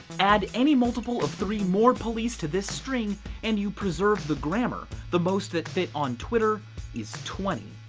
add any multiple of three more police to this stream and you preserve the grammar. the most that fit on twitter is twenty.